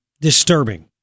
disturbing